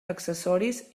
accessoris